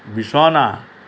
বিছনা